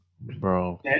bro